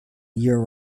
year